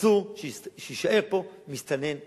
אסור שיישאר פה מסתנן אחד.